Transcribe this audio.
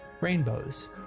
Rainbows